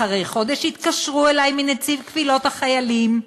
אחרי חודש התקשרו אלי מנציב קבילות החיילים: